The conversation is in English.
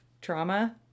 trauma